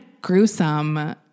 gruesome